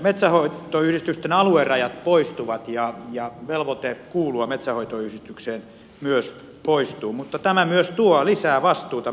metsänhoitoyhdistysten aluerajat poistuvat ja velvoite kuulua metsänhoitoyhdistykseen myös poistuu mutta tämä myös tuo lisää vastuuta